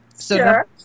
Sure